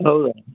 ಹೌದಾ